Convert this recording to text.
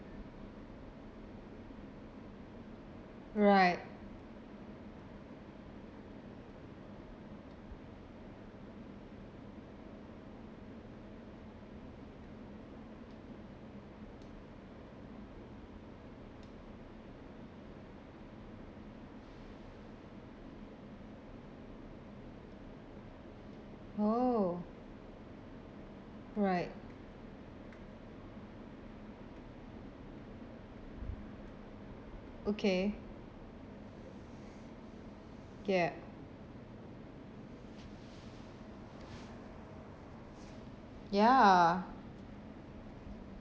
right orh right okay yup ya